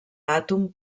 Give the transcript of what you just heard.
àtom